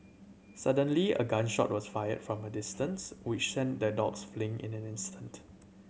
suddenly a gun shot was fired from a distance which sent the dogs fleeing in an instant